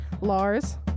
Lars